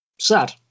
Sad